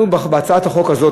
אנחנו בהצעת החוק הזאת,